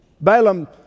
Balaam